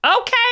Okay